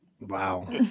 Wow